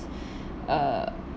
err